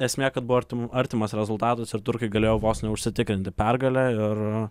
esmė kad buvo artimu artimas rezultatas ir turkai galėjo vos neužsitikrinti pergalę ir